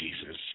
Jesus